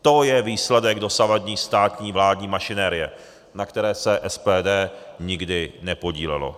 To je výsledek dosavadní státní vládní mašinérie, na které se SPD nikdy nepodílelo.